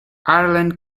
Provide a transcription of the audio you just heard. ireland